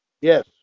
Yes